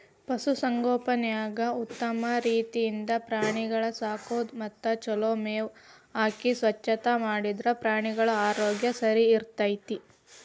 ಪಶು ಸಂಗೋಪನ್ಯಾಗ ಉತ್ತಮ ರೇತಿಯಿಂದ ಪ್ರಾಣಿಗಳ ಸಾಕೋದು ಮತ್ತ ಚೊಲೋ ಮೇವ್ ಹಾಕಿ ಸ್ವಚ್ಛತಾ ಮಾಡಿದ್ರ ಪ್ರಾಣಿಗಳ ಆರೋಗ್ಯ ಸರಿಇರ್ತೇತಿ